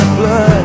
blood